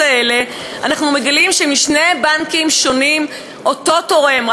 האלה אנחנו מגלים שבשני בנקים שונים זה אותו תורם,